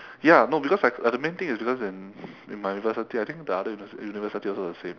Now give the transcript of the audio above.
ya no because psyc~ uh the main thing is because in in my university I think the other universi~ university also the same